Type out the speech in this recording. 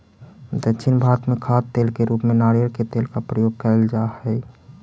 दक्षिण भारत में खाद्य तेल के रूप में नारियल के तेल का प्रयोग करल जा हई